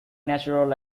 natural